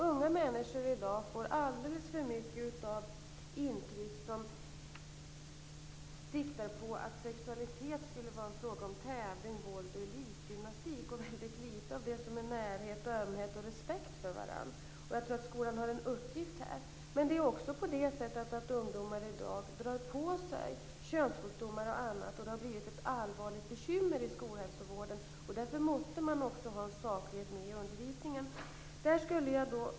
Unga människor i dag får alldeles för många intryck som visar på att sexualitet skulle handla om tävling, våld och elitgymnastik och väldigt lite om närhet, ömhet och respekt för varandra. Jag tror att skolan har en uppgift här. Men det är också så att ungdomar i dag drar på sig könssjukdomar och annat. Det har blivit ett allvarligt bekymmer i skolhälsovården. Därför måste man också ha en saklighet med i undervisningen.